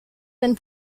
been